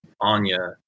Anya